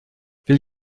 will